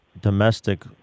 domestic